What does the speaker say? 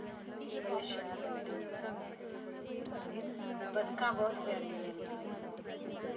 बड़े शैल लगदे न बतकां ब्हौत प्यारियां लगदियां न